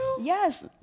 Yes